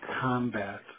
combat